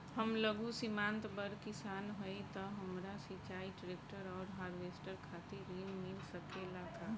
हम लघु सीमांत बड़ किसान हईं त हमरा सिंचाई ट्रेक्टर और हार्वेस्टर खातिर ऋण मिल सकेला का?